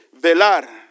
velar